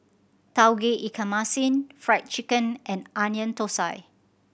Tauge Ikan Masin Fried Chicken and Onion Thosai